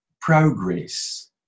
progress